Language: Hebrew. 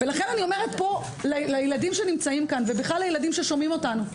לכן אני אומרת לילדים שנמצאים כאן ולילדים ששומעים אותנו,